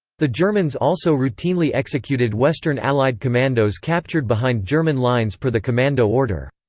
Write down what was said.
the germans also routinely executed western allied commandos captured behind german lines per the commando order.